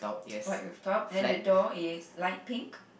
white rooftop and the door is light pink